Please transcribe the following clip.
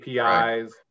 APIs